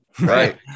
Right